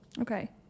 Okay